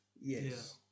Yes